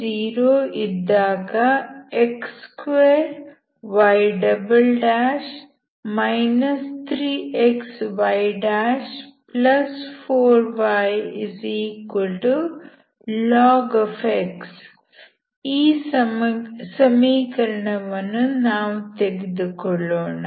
x0 ಇದ್ದಾಗ x2y 3xy4yln x ಈ ಸಮೀಕರಣವನ್ನು ನಾವು ತೆಗೆದುಕೊಳ್ಳೋಣ